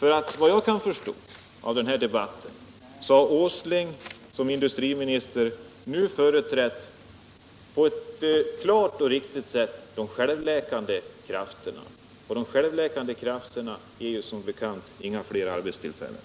Enligt vad jag kan förstå av den här debatten har herr Åsling som industriminister på ett klart och tydligt sätt företrätt de självläkande krafterna — och de ger som bekant inga fler arbetstillfällen.